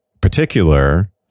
particular